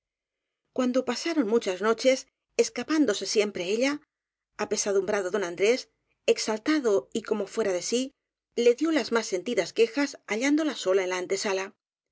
cuando pasaron muchas noches escapándose siempre ella apesadumbrado don andrés exaltado y como fuera de sí le dió las más sentidas quejas hallándola sola en la antesala